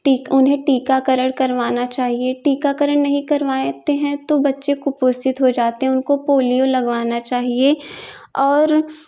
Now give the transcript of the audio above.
उन्हें टीकाकरण करवाना चाहिए टीकाकरण नहीं करवाते हैं तो बच्चे कुपोषित हो जाते हैं उनको पोलियो लगवाना चाहिए और